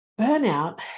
burnout